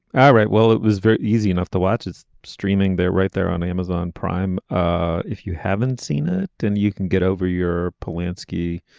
all right well it was very easy enough to watch it's streaming there right there on amazon prime. ah if you haven't seen it then you can get over your polanski